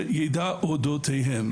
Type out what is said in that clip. שידע אודותיהם".